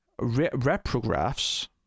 reprographs